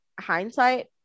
hindsight